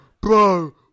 bro